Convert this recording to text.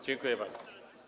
Dziękuję bardzo.